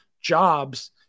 jobs